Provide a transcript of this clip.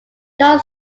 jon